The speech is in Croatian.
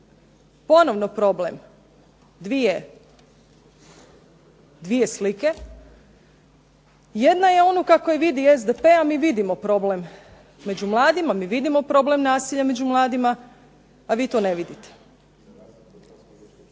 ponovno problem 2 slike. Jedna je ona kako je vidi SDP, a mi vidimo problem među mladima, mi vidimo problem nasilja među mladima, a vi to ne vidite.